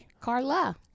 Carla